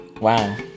wow